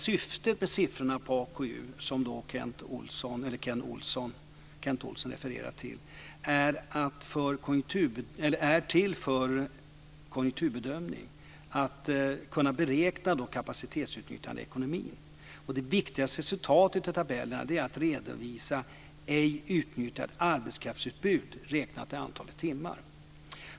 Syftet med siffrorna från AKU som Kent Olsson refererar till är en konjunkturbedömning, för att kunna beräkna kapacitetsutnyttjandet i ekonomin. Det viktigaste med tabellerna är att redovisa ej utnyttjat arbetskraftsutbud räknat i antalet timmar.